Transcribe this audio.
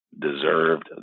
deserved